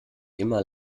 immer